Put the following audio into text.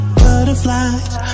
butterflies